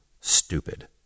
stupid